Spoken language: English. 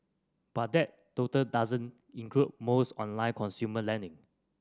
but that total doesn't include most online consumer lending